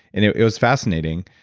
and it it was fascinating.